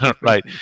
right